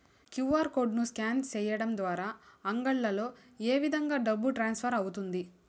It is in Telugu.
క్యు.ఆర్ కోడ్ ను స్కాన్ సేయడం ద్వారా అంగడ్లలో ఏ విధంగా డబ్బు ట్రాన్స్ఫర్ అవుతుంది